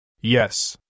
Yes